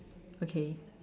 okay